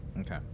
Okay